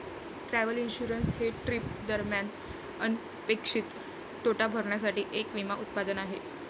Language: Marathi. ट्रॅव्हल इन्शुरन्स हे ट्रिप दरम्यान अनपेक्षित तोटा भरण्यासाठी एक विमा उत्पादन आहे